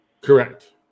Correct